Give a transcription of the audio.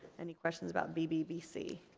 any questions about bbbc?